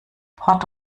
port